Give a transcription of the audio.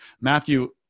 Matthew